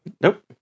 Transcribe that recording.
Nope